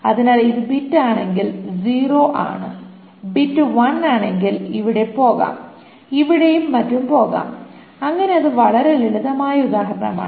അതിനാൽ ഇത് ബിറ്റ് ആണെങ്കിൽ '0' ആണ് ബിറ്റ് 1 ആണെങ്കിൽ ഇവിടെ പോകാം ഇവിടെയും മറ്റും പോകാം അങ്ങനെ അത് വളരെ ലളിതമായ ഉദാഹരണമാണ്